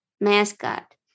mascot